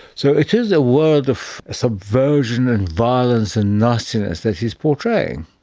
so it is a world of subversion and violence and nastiness that he is portraying.